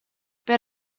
per